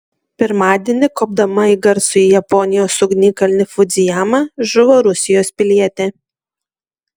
pirmadienį kopdama į garsųjį japonijos ugnikalnį fudzijamą žuvo rusijos pilietė